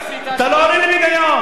אתה לא עונה לי בהיגיון.